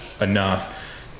enough